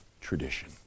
tradition